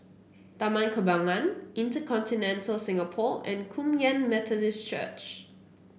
Taman Kembangan InterContinental Singapore and Kum Yan Methodist Church